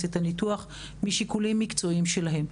את הניתוח משיקולים מקצועיים שלהם.